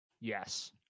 Yes